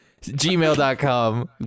gmail.com